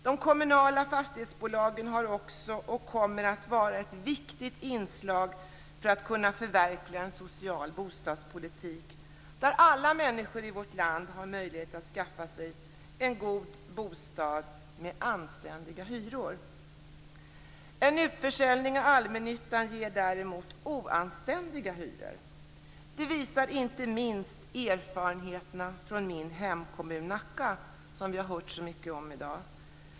De kommunala fastighetsbolagen är också, och kommer att vara, ett viktigt inslag för att kunna förverkliga en social bostadspolitik, där alla människor i vårt land har möjlighet att skaffa sig en god bostad med anständiga hyror. En utförsäljning av allmännyttan ger däremot oanständiga hyror. Det visar inte minst erfarenheterna från min hemkommun Nacka, som vi har hört så mycket om i dag.